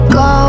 go